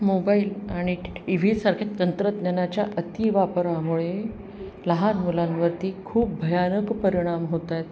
mobile आणि टी व्हीसारख्या तंत्रज्ञानाच्या अति वापरामुळे लहान मुलांवरती खूप भयानक परिणाम होत आहेत